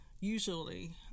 usually